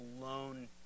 alone